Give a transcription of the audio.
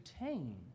obtain